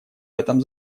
этом